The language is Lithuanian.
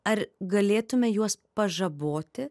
ar galėtume juos pažaboti